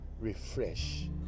refresh